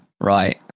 Right